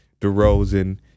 DeRozan